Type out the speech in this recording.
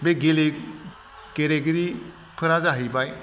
बे गेलेगिरिफोरा जाहैबाय